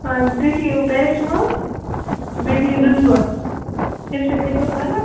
اَہَن تُہۍ کھیٚیِو پیرسٹٕمال بیٚیہِ دِیِو نُنہٕ بہہ اَمہِ سۭتۍ گژھوٕ فرق